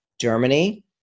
Germany